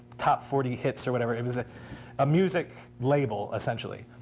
top forty hits or whatever. it was a music label, essentially